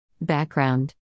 Background